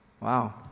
Wow